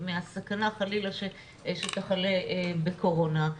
מהסכנה חלילה שתחלה בקורונה.